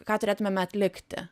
ką turėtumėme atlikti